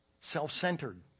self-centered